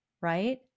right